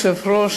אדוני היושב-ראש,